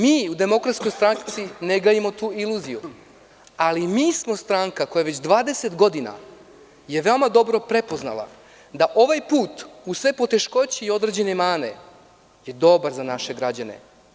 Mi u DS ne gajimo tu iluziju, ali mi smo stranka koja već 20 godina je veoma dobro prepoznala da ovaj put uz sve poteškoće i određene mane je dobar za naše građane.